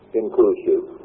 inclusive